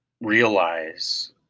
realize